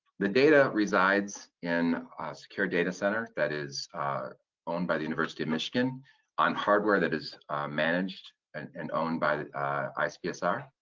the data resides in a ah secure data center that is owned by the university of michigan on hardware that is managed and and owned by the icpsr.